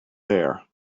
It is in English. there